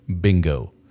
bingo